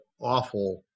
awful